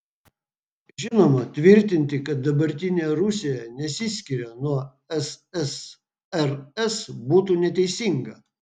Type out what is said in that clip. žinoma tvirtinti kad dabartinė rusija nesiskiria nuo ssrs būtų neteisinga